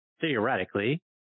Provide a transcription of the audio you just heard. theoretically